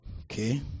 Okay